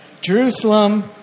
Jerusalem